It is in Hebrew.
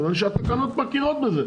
כיוון שהתקנות מכירות בזה,